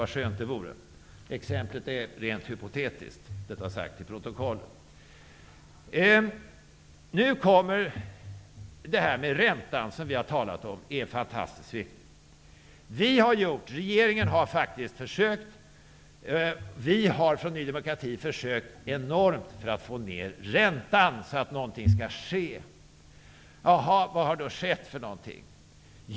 Vad skönt det vore! Exemplet är rent hypotetiskt. Vi har talat om räntan. Den är fantastiskt viktig. Regeringen har faktiskt försökt. Vi har från Ny demokratis sida försökt enormt för att få ner räntan, så att någonting skall ske. Vad har då skett?